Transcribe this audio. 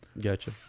Gotcha